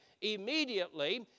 immediately